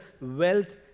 wealth